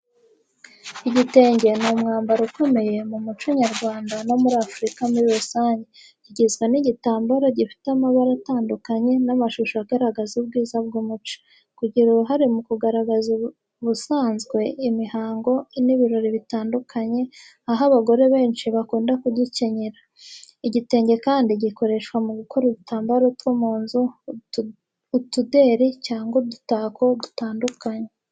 Igitenge ni umwambaro ukomeye mu muco nyarwanda no muri Afurika muri rusange. Kigizwe n’igitambaro gifite amabara atandukanye n’amashusho agaragaza ubwiza bw’umuco. Kigira uruhare mu kugaragaza ubusanzwe, imihango, n’ibirori bitandukanye, aho abagore benshi bakunda kugikenyera. Igitenge kandi gikoreshwa mu gukora udutambaro two mu nzu, utuderi cyangwa udutako dutandukanye.